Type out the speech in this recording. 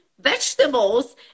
vegetables